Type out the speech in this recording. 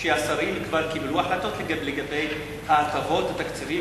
שהשרים כבר קיבלו החלטות לגבי ההטבות והתקציבים